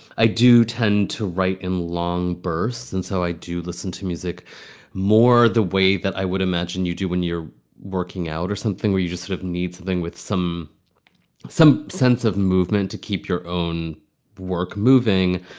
i do tend to write in long bursts. and so i do listen to music more the way that i would imagine you do when you're working out or something, where you just sort of need something with some some sense of movement to keep your own work moving.